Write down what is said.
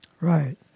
Right